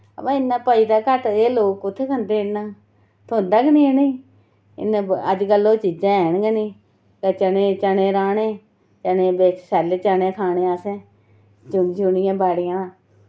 हां वा इन्ना पचदा घट एह् लोक कुत्थै खंदे इन्ना थ्होंदा गै नि इनें इन्ने अज्जकल ओह् चीजां हैन गै नि ते चने चने राह्ने चने बिच सैल्ले चने खाने असें चुनी चुनियै बाड़िया